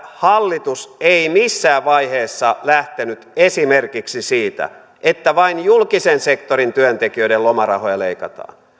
hallitus ei missään vaiheessa lähtenyt esimerkiksi siitä että vain julkisen sektorin työntekijöiden lomarahoja leikataan